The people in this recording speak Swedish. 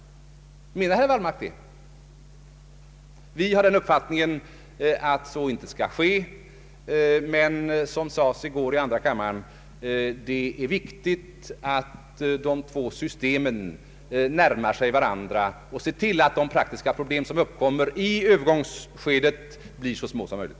Menar herr Wallmark det? Vi har den uppfattningen att så inte skall ske. Det är å andra sidan viktigt — såsom också sades i andra kammaren i går — att de två systemen närmar sig varandra och att man ser till att de praktiska problemen som uppkommer i övergångsskedet blir så små som möjligt.